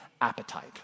appetite